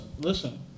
listen